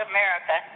America